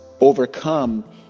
overcome